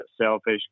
selfish